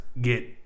get